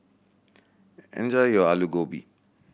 enjoy your Aloo Gobi